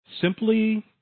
simply